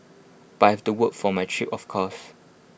but I had to work for my trip of course